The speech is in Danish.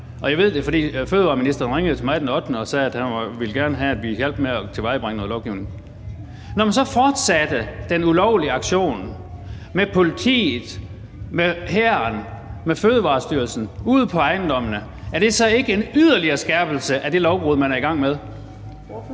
og jeg ved det, for fødevareministeren ringede til mig den 8. november og sagde, at han gerne ville have, at vi hjalp med at tilvejebringe noget lovgivning – men fortsætter den ulovlige aktion med politiet, med hæren, med Fødevarestyrelsen ude på ejendommene, er det så ikke en yderligere skærpelse af det lovbrud, man er i gang med? Kl.